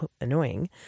annoying